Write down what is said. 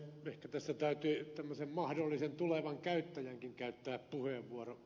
ehkä tässä täytyy tämmöisen mahdollisen tulevan käyttäjänkin käyttää puheenvuoro